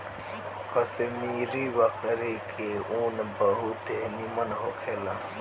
कश्मीरी बकरी के ऊन बहुत निमन होखेला